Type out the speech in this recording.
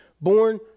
Born